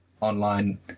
online